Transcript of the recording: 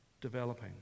developing